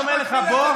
אני אומר לך: בוא,